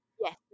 Yes